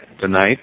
tonight